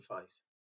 face